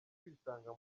kwisanga